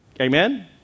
amen